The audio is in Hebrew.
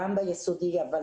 גם ביסודי, אבל